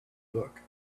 look